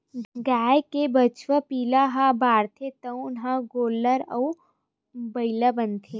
गाय के बछवा पिला ह बाढ़थे तउने ह गोल्लर अउ बइला बनथे